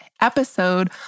episode